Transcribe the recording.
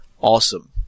Awesome